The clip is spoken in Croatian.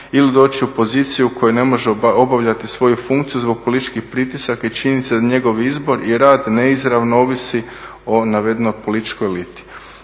ili doći u poziciju u kojoj ne može obavljati svoju funkciju zbog političkih pritisaka i činjenica da njegov izbor i rad neizravno ovisi o navedenoj političkoj eliti.